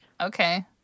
Okay